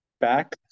back